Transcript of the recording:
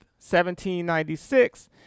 1796